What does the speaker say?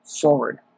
forward